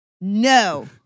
No